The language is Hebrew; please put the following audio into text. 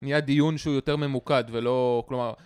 נהיה דיון שהוא יותר ממוקד ולא כלומר